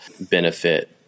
benefit